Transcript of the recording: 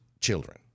children